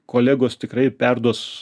kolegos tikrai perduos